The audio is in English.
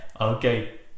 Okay